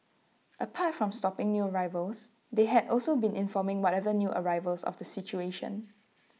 apart from stopping new arrivals they had also been informing whatever new arrivals of the situation